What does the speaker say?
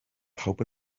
pawb